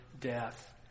death